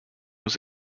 was